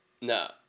No